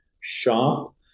shop